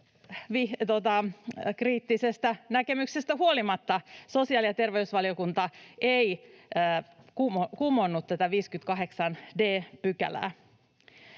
kriittisestä näkemyksestä huolimatta, sosiaali- ja terveysvaliokunta ei kumonnut tätä 58 d §:ää.